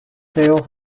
seoul